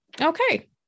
Okay